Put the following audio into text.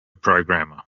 programmer